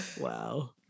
Wow